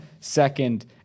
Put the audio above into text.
second